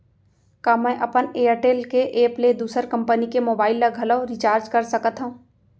का मैं अपन एयरटेल के एप ले दूसर कंपनी के मोबाइल ला घलव रिचार्ज कर सकत हव?